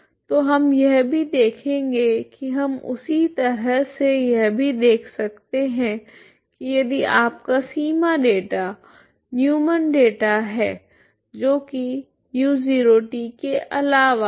तो हम यह भी देखेंगे कि हम उसी तरह से यह भी देख सकते हैं कि यदि आपका सीमा डेटा न्यूमैन डेटा है जो कि u0 t के अलावा है